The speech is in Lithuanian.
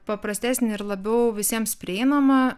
paprastesnį ir labiau visiems prieinamą